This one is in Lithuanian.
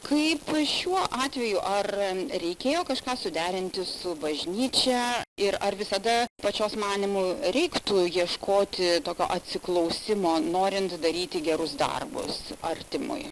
kaip šiuo atveju ar reikėjo kažką suderinti su bažnyčia ir ar visada pačios manymu reiktų ieškoti tokio atsiklausimo norint daryti gerus darbus artimui